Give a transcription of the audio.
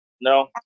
No